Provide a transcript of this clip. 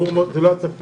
לא היה צריך לקרות.